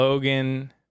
Logan